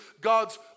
God's